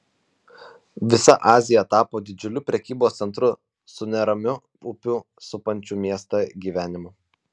visa azija tapo didžiuliu prekybos centru su neramiu upių supančių miestą gyvenimu